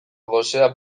gosea